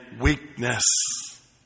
weakness